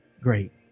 great